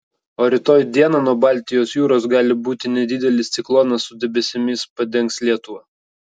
o rytoj dieną nuo baltijos jūros gali būti nedidelis ciklonas su debesimis padengs lietuvą